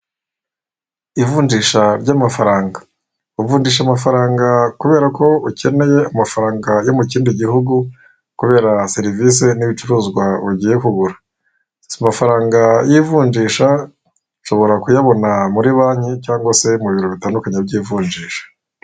Ivunjisha ry'amafaranga uvunnjisha amafaranga kubera ko ukeneye amafaranga yo mu kindi gihugu kubera serivisi n'ibicuruzwa ugiye kugura, amafaranga y'ivunjisha nshobora kuyabona muri banki cyangwa se mu biro bitandukanye by'ivunjisha.